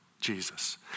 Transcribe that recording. Jesus